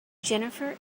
jennifer